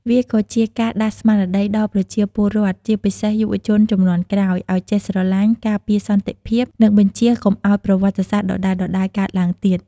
វាក៏ជាការដាស់ស្មារតីដល់ប្រជាពលរដ្ឋ ជាពិសេសយុវជនជំនាន់ក្រោយ ឱ្យចេះស្រឡាញ់ ការពារសន្តិភាព និងបញ្ចៀសកុំឱ្យប្រវត្តិសាស្ត្រដដែលៗកើតឡើងទៀត។